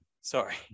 sorry